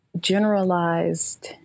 generalized